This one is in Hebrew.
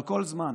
אבל כל זמן